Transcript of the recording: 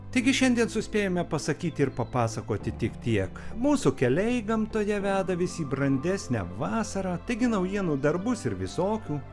taigi šiandien suspėjome pasakyti ir papasakoti tik tiek mūsų keliai gamtoje veda visi į brandesnę vasarą taigi naujienų darbus ir visokių